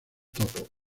topo